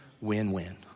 win-win